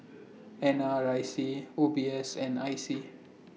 N R IC O B S and I C